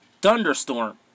thunderstorm